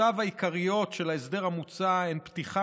מטרותיו העיקריות של ההסדר המוצע הן פתיחה